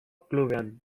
klubean